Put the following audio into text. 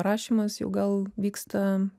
rašymas jau gal vyksta